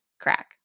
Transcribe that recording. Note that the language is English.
crack